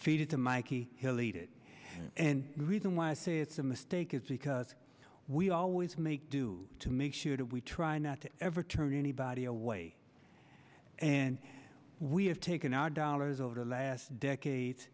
feed it to mikey he'll eat it and reason why i say it's a mistake it's because we always make do to make sure that we try not to ever turn anybody away and we have taken our dollars over the last decade